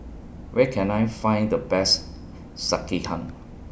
Where Can I Find The Best Sekihan